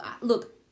look